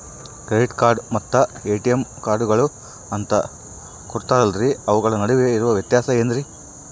Credit card ಮತ್ತ ATM ಕಾರ್ಡುಗಳು ಅಂತಾ ಕೊಡುತ್ತಾರಲ್ರಿ ಅವುಗಳ ನಡುವೆ ಇರೋ ವ್ಯತ್ಯಾಸ ಏನ್ರಿ?